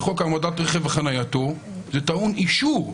בחוק העמדת רכב וחנייתו זה טעון אישור,